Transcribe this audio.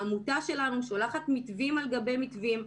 העמותה שלנו שולחת מתווים על גבי מתווים.